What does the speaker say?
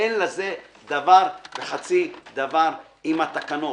אין לזה דבר וחצי דבר עם התקנות.